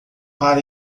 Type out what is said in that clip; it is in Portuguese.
para